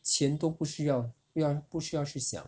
钱都不需要要不需要去想